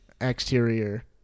exterior